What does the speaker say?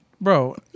Bro